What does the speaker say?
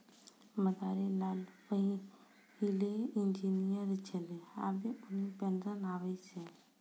मदारी लाल पहिलै इंजीनियर छेलै आबे उन्हीं पेंशन पावै छै